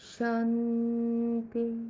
Shanti